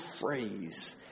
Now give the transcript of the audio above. phrase